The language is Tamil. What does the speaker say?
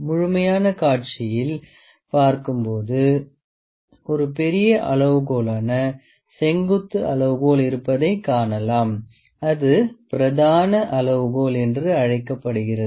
முழுமையான காட்சியில் பார்க்கும்போது ஒரு பெரிய அளவுகோலான செங்குத்து அளவுகோல் இருப்பதைக் காணலாம் அது பிரதான அளவுகோல் என்று அழைக்கப்படுகிறது